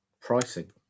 pricing